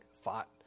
thought